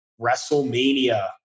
WrestleMania